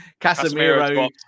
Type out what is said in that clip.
Casemiro